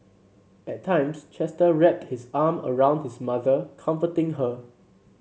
at times Chester wrapped his arm around his mother comforting her